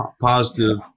positive